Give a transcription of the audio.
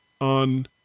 on